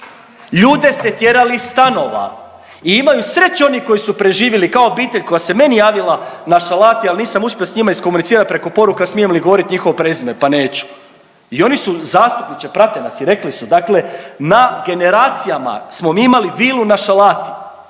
Ljude ste tjerali iz stanova i imaju sreće oni koji su preživjeli kao obitelj koja se meni javila na Šalati ali nisam uspio s njima iskomunicirat preko poruka smijem li govorit njihovo prezime, pa neću. I oni su zastupniče, prate nas i rekli su dakle, na generacijama smo mi imali vilu na Šalati,